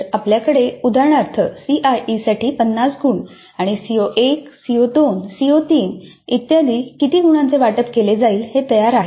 तर आपल्याकडे उदाहरणार्थ सीआयईसाठी 50 गुण आणि सीओ 1 सीओ 2 सीओ 3 वगैरे किती गुणांचे वाटप केले जाईल हे तयार आहे